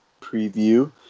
preview